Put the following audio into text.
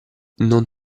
non